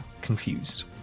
confused